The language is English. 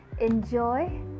Enjoy